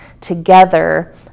together